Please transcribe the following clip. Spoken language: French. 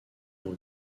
dans